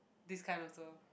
this kind also